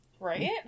Right